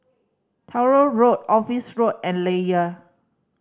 Truro Road Office Road and Layar